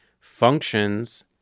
functions